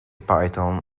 python